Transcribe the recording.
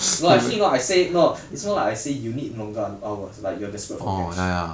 no actually you know what I say no it's more like I say you need longer hours like you're desperate for cash